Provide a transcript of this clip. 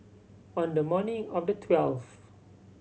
on the morning of the twelfth